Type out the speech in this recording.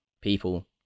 people